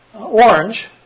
orange